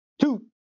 Two